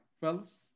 fellas